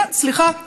סליחה,